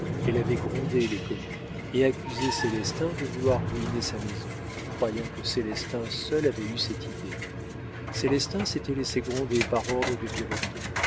elle avait grondé les commis et accusé célestin de vouloir ruiner sa maison croyant que célestin seul avait eu cette idée célestin s'était laissé gronder par ordre de